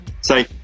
say